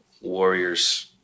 Warriors